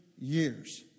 years